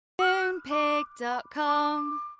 Moonpig.com